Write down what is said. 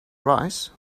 rice